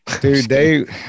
Dude